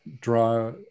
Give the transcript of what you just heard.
draw